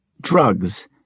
Drugs